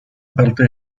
parte